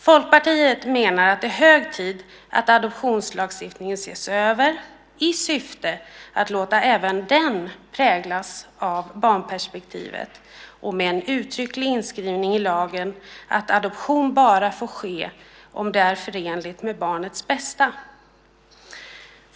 Folkpartiet menar att det är hög tid att adoptionslagstiftningen ses över i syfte att låta även den präglas av barnperspektivet, med en uttrycklig inskrivning i lagen att adoption bara får ske om det är förenligt med barnets bästa.